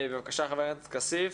חבר הכנסת עופר כסיף.